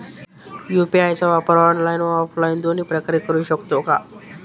UPI चा वापर online व ऑफलाईन दोन्ही प्रकारे करु शकतो का?